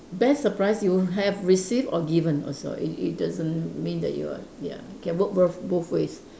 best surprise you have received or given oh sorry it it doesn't mean that you are ya it can work both both ways